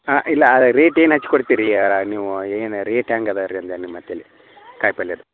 ಹಾಂ ಇಲ್ಲ ರೇಟ್ ಏನು ಹಚ್ ಕೊಡ್ತಿರಿ ನೀವು ಏನು ರೇಟ್ ಹೆಂಗದ ರೀ ಅಲ್ಲೆ ನಿಮ್ಮ ಹಂತೆಲಿ ಕಾಯಿ ಪಲ್ಲೆದ